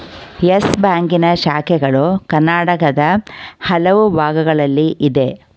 Yes ಬ್ಯಾಂಕಿನ ಶಾಖೆಗಳು ಕರ್ನಾಟಕದ ಹಲವು ಭಾಗಗಳಲ್ಲಿ ಇದೆ